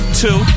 two